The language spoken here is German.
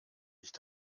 nicht